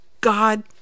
God